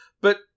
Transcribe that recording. But-